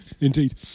Indeed